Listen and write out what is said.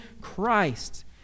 Christ